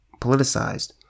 politicized